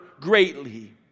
greatly